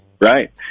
Right